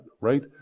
right